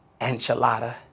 enchilada